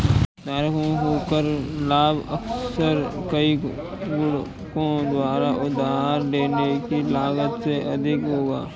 धारकों को कर लाभ अक्सर कई गुणकों द्वारा उधार लेने की लागत से अधिक होगा